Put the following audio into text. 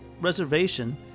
reservation